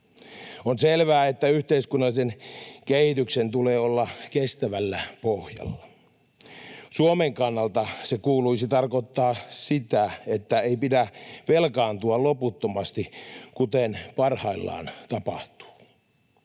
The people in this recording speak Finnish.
On selvää, että yhteiskunnallisen kehityksen tulee olla kestävällä pohjalla. Suomen kannalta sen kuuluisi tarkoittaa sitä, että ei pidä velkaantua loputtomasti, kuten parhaillaan tapahtuu.